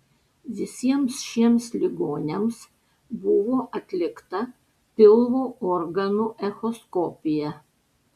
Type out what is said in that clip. visiems šiems ligoniams buvo atlikta pilvo organų echoskopija